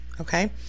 Okay